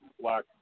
black